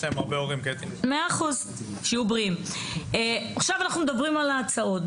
עכשיו אנחנו מדברים על הצעות.